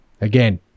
Again